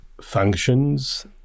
functions